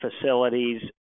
facilities